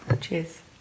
Cheers